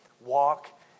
walk